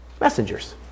messengers